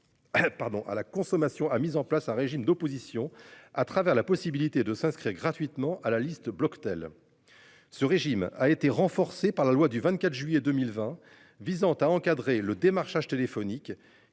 à la consommation a mis en place un régime d'opposition à travers la possibilité de s'inscrire gratuitement à la liste Bloctel. Ce régime a été renforcée par la loi du 24 juillet 2020 visant à encadrer le démarchage téléphonique